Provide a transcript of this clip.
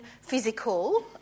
physical